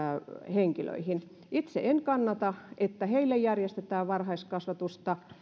henkilöihin itse en kannata että heille järjestetään varhaiskasvatusta